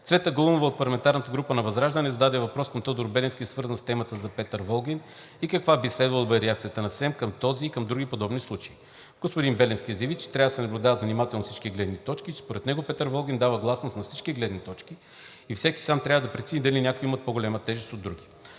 Цвета Галунова от парламентарната група на ВЪЗРАЖДАНЕ зададе въпрос към Тодор Беленски, свързан с темата за Петър Волгин, и каква би следвало да бъде реакцията на СЕМ към този и други подобни случаи. Господин Беленски заяви, че трябва да се наблюдават внимателно всички гледни точки и че според него Петър Волгин дава гласност на всички гледни точки и всеки сам трябва да прецени дали някои имат по-голяма тежест от други.